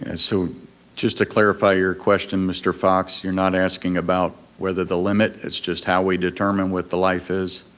and so just to clarify your question mr. fox, you're not asking about whether the limit, it's just how we determine what the life is?